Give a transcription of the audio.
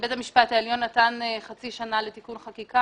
בית המשפט העליון נתן חצי שנה לבחינת